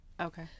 Okay